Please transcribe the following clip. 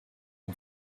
ont